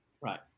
Right